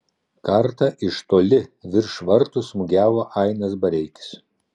kartą iš toli virš vartų smūgiavo ainas bareikis